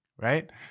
right